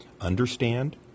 Understand